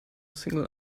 single